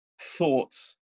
thoughts